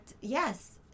yes